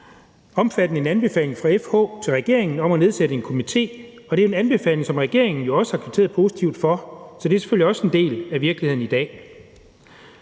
omfattende en anbefaling fra FH til regeringen om at nedsætte en komité, og det er en anbefaling, som regeringen jo også har kvitteret positivt for, så det er selvfølgelig også en del af virkeligheden i dag.